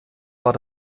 war